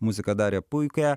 muzika darė puikią